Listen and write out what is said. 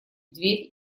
дверь